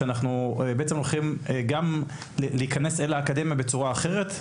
שבו אנחנו הולכים להיכנס אל האקדמיה בצורה אחרת.